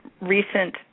Recent